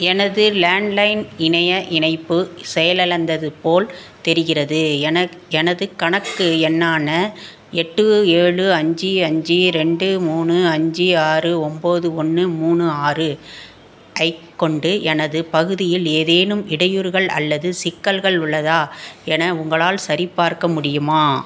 எனது லேண்ட்லைன் இணைய இணைப்பு செயலிழந்தது போல் தெரிகிறது எனக் எனது கணக்கு எண்ணான எட்டு ஏழு அஞ்சு அஞ்சு ரெண்டு மூணு அஞ்சு ஆறு ஒம்பது ஒன்று மூணு ஆறு ஐக் கொண்டு எனது பகுதியில் ஏதேனும் இடையூறுகள் அல்லது சிக்கல்கள் உள்ளதா என உங்களால் சரிபார்க்க முடியுமா